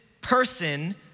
person